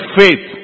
faith